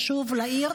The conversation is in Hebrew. לשוב לעיר,